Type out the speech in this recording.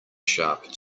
sharp